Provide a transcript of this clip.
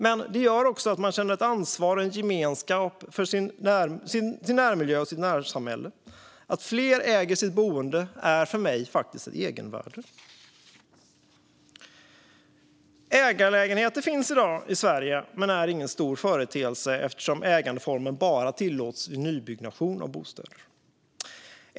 Men det gör också att man känner ett ansvar för sin närmiljö och sitt närsamhälle. Att fler äger sitt boende är för mig faktiskt ett egenvärde. Ägarlägenheter finns i dag i Sverige men är ingen stor företeelse eftersom ägandeformen bara tillåts vid nybyggnation av bostäder.